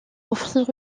offrir